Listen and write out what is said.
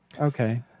okay